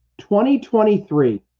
2023